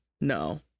no